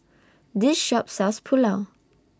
This Shop sells Pulao